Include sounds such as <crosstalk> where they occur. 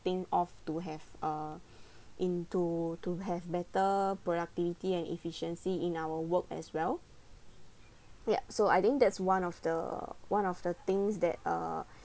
think of to have a <breath> into to have better productivity and efficiency in our work as well yup so I think that's one of the one of the things that uh